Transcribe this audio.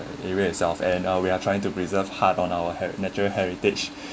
area itself and uh we are trying to preserve hard on our her natural heritage